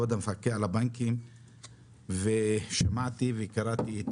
כבוד המפקח על הבנקים, ושמעתי וקראתי את